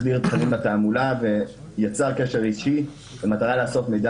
--- לתעמולה ויצר קשר אישי במטרה לאסוף מידע